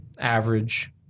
Average